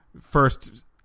first